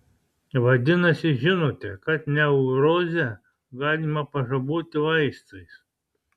vadinasi žinote kad neurozę galima pažaboti vaistais